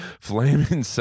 Flaming